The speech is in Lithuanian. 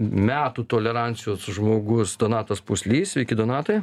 metų tolerancijos žmogus donatas pūslys sveiki donatai